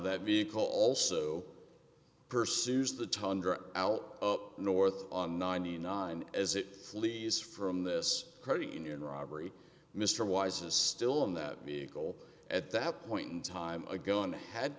that vehicle also pursues the tundra out up north on ninety nine dollars as it flees from this credit union robbery mr wise is still in that vehicle at that point in time a